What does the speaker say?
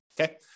Okay